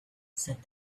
said